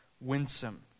Winsome